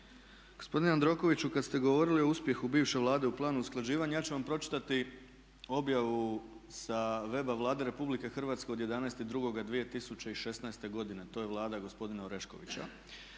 gospodine Jandrokoviću kad ste govorili o uspjehu bivše Vlade u Planu usklađivanja ja ću vam pročitati objavu sa weba Vlade RH od 11.02.2016. godine, to je Vlada gospodina Oreškovića,